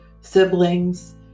siblings